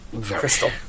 Crystal